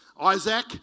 Isaac